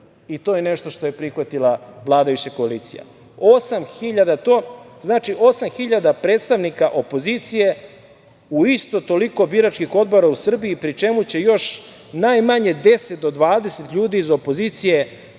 i to je nešto što je prihvatila vladajuća koalicija. Znači osam hiljada predstavnika opozicije u isto toliko biračkih odbora u Srbiji, pri čemu će još najmanje 10 do 20 ljudi iz opozicije